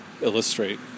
illustrate